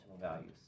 values